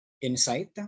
insight